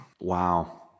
Wow